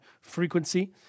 frequency